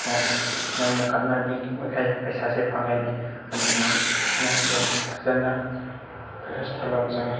ꯀꯣ ꯅꯪꯅ ꯀꯥꯟꯅꯕꯤꯔꯤ ꯃꯈꯩ ꯄꯩꯁꯥꯁꯤ ꯐꯪꯒꯅꯤ ꯑꯗꯨꯅ ꯅꯪꯁꯦ ꯐꯖꯅ ꯇ꯭ꯔꯁ ꯊꯝꯕ ꯑꯃ ꯆꯪꯉꯤ